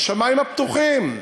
השמים הפתוחים,